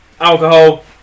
Alcohol